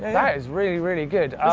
ah yeah is really, really good.